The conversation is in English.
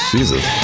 Jesus